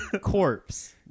corpse